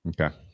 Okay